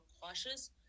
cautious